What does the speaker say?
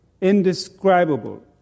indescribable